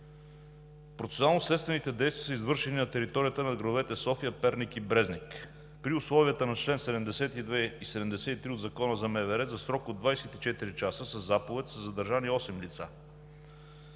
Процесуално-следствените действия са извършени на територията на градовете София, Перник и Брезник. При условията на чл. 72 и чл. 73 от Закона за МВР със заповед са задържани осем лица